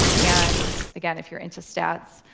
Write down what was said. and again, if you're into stats,